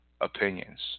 opinions